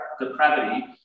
depravity